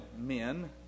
men